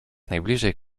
najbliżej